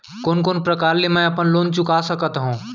कोन कोन प्रकार ले मैं अपन लोन चुका सकत हँव?